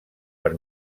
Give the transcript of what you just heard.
per